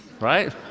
right